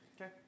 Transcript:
Okay